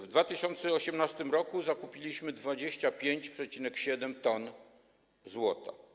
W 2018 r. zakupiliśmy 25,7 t złota.